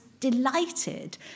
delighted